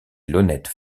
l’honnête